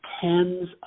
tens